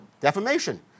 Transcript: defamation